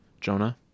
Jonah